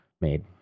made